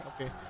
Okay